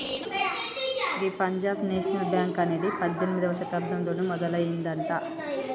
గీ Punjab National Bank అనేది పద్దెనిమిదవ శతాబ్దంలోనే మొదలయ్యిందట